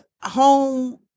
home